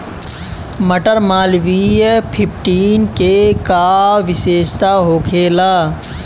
मटर मालवीय फिफ्टीन के का विशेषता होखेला?